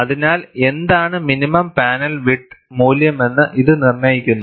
അതിനാൽ എന്താണ് minimum panel width മൂല്യമെന്ന് ഇത് നിർണ്ണയിക്കുന്നു